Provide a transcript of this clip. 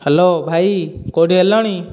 hello ଭାଇ କେଉଁଠି ହେଲଣି